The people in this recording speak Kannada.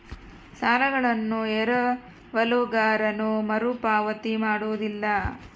ಸಾಲಗಳನ್ನು ಎರವಲುಗಾರನು ಮರುಪಾವತಿ ಮಾಡೋದಿಲ್ಲ